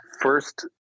first